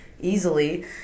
easily